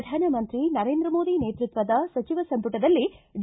ಪ್ರಧಾನಮಂತ್ರಿ ನರೇಂದ್ರ ಮೋದಿ ನೇತೃತ್ವದ ಸಚಿವ ಸಂಪುಟದಲ್ಲಿ ಡಿ